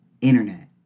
internet